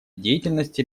деятельности